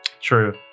true